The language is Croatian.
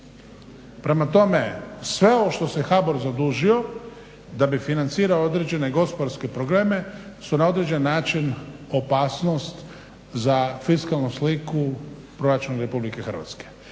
Prema tome, sve ovo što se HBOR zadužio da bi financirao određene gospodarske programe su na određeni način opasnost za fiskalnu sliku proračuna RH.